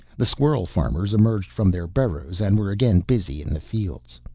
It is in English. the squirrel farmers emerged from their burrows and were again busy in the fields.